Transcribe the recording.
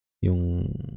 yung